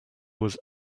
was